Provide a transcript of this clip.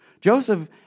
Joseph